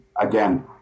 again